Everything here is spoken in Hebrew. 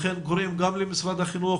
לכן הוועדה קוראת למשרד החינוך,